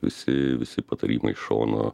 visi visi patarimai iš šono